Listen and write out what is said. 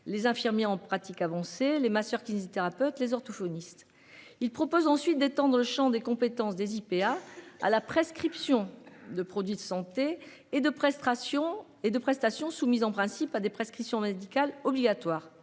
Les infirmiers en pratique avancée, les masseurs kinésithérapeutes, les orthophonistes. Il propose ensuite d'étendre le Champ des compétences des IPA à la prescription de produits de santé et de prestations et de prestations soumises en principe à des prescriptions médicales obligatoires